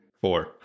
Four